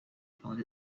found